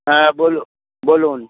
হ্যাঁ বলু বলুন